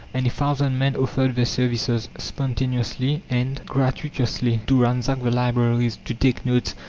and a thousand men offered their services, spontaneously and gratuitously, to ransack the libraries, to take notes,